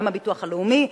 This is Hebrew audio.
גם הביטוח הלאומי.